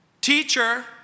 Teacher